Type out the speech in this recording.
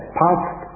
past